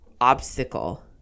obstacle